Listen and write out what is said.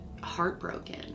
heartbroken